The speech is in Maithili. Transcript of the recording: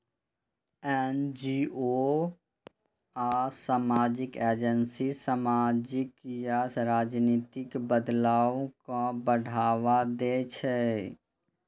एन.जी.ओ आ सामाजिक एजेंसी सामाजिक या राजनीतिक बदलाव कें बढ़ावा दै छै